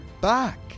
back